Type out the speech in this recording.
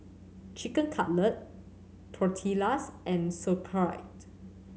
Chicken Cutlet Tortillas and Sauerkraut